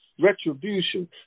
Retribution